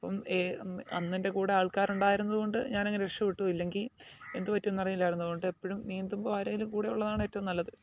അപ്പം അന്ന് എന്റെ കൂടെ ആൾക്കാർ ഉണ്ടായിരുന്നത് കൊണ്ട് ഞാൻ അങ്ങ് രക്ഷപ്പെട്ടു ഇല്ലെങ്കിൽ എന്തുപറ്റുമെന്ന് അറിയില്ലായിരുന്നു അതുകൊണ്ട് എപ്പോഴും നീന്തുമ്പോൾ ആരെങ്കിലും കൂടെയുള്ളതാണ് ഏറ്റവും നല്ലത്